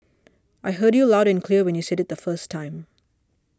I heard you loud and clear when you said it the first time